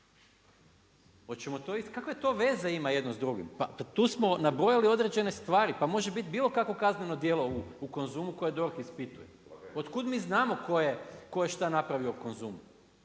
kakve to veze ima jedno s drugim? Pa tu smo nabrojali određene stvari, pa može biti bilo kakvo kazneno djelo u Konzumu koje DORH ispituje. Otkuda mi znamo tko je šta napravio u Konzumu?